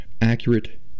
accurate